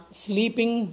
sleeping